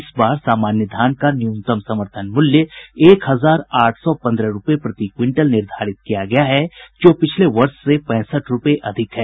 इस बार सामान्य धान का न्यूनतम समर्थन मूल्य एक हजार आठ सौ पन्द्रह रूपये प्रति क्विंटल निर्धारित किया गया है जो पिछले वर्ष से पैंसठ रूपये अधिक है